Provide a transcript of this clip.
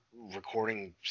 recording